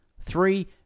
three